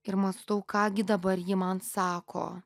ir mąstau ką gi dabar ji man sako